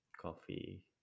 coffee